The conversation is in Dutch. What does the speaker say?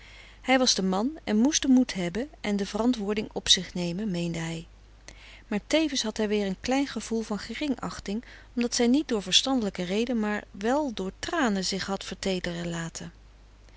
hij was de man en moest den moed hebben en de verantwoording op zich nemen meende hij maar tevens had hij weer een klein gevoel van gering achting omdat zij niet door verstandelijke rede maar wel door tranen zich had verteederen laten